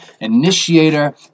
initiator